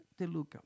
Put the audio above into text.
Deluca